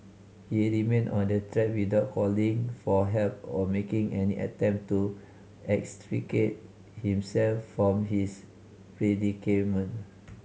he remained on the track without calling for help or making any attempt to extricate himself from his predicament